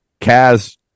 Kaz